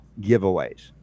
giveaways